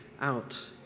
out